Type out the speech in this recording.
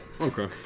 Okay